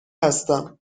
هستم